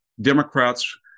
Democrats